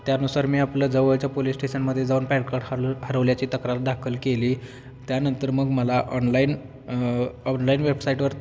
त्यानुसार मी आपलं जवळच्या पोलीस स्टेशनमध्ये जाऊन पॅन कार्ड हरलू हरवल्याची तक्रार दाखल केली त्यानंतर मग मला ऑनलाईन ऑनलाईन वेबसाइटवर